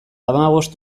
hamabost